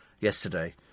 yesterday